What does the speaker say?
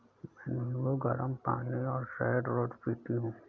मैं नींबू, गरम पानी और शहद रोज पीती हूँ